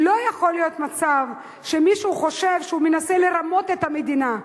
לא יכול להיות מצב שמישהו חושב שהוא מנסה לרמות את המדינה.